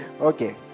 Okay